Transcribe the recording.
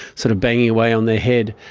sort of banging away on their head.